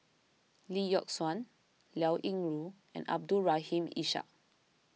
Lee Yock Suan Liao Yingru and Abdul Rahim Ishak